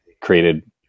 created